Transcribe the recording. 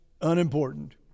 unimportant